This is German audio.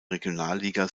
regionalliga